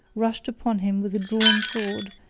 rushed upon him with a drawn sword,